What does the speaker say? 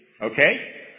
Okay